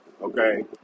Okay